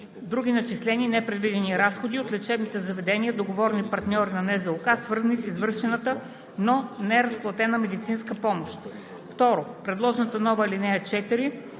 Други начислени „Непредвидени разходи“ от лечебните заведения – договорни партньори на НЗОК, свързани с извършената, но незаплатената медицинска помощ. 2. Предложената нова ал. 4